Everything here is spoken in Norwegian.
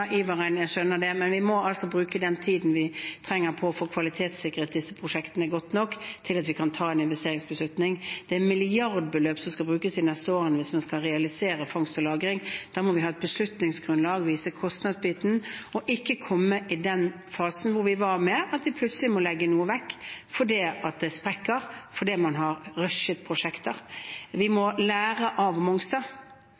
det, men vi må bruke den tiden vi trenger til å få kvalitetssikret disse prosjektene godt nok til at vi kan ta en investeringsbeslutning. Det er milliardbeløp som skal brukes de neste årene hvis man skal realisere fangst og lagring. Da må vi ha et beslutningsgrunnlag, vise kostnadsbiten og ikke komme i den fasen hvor vi var, at vi plutselig må legge noe vekk fordi det sprekker på grunn av at man har rushet prosjekter. Vi må